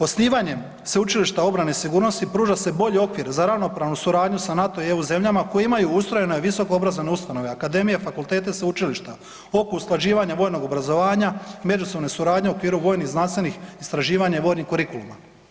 Osnivanjem Sveučilišta obrane i sigurnosti pruža se bolji okvir za ravnopravnu suradnju sa NATO i EU zemljama koje imaju ustrojena i visoke obrazovane ustanove, akademije, fakultete, sveučilišta oko usklađivanja vojnog obrazovanja i međusobne suradnje u okviru vojnih i znanstvenih istraživanja i vojnih kurikuluma.